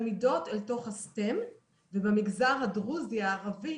תלמידות אל תוך ה- s.t.e.m ובמגזר הדרוזי, הערבי